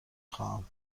خواهم